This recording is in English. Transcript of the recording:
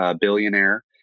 billionaire